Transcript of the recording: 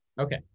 Okay